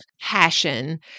passion